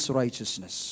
righteousness